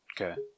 Okay